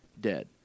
dead